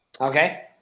Okay